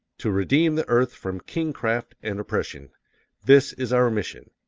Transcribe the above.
to redeem the earth from kingcraft and oppression this is our mission!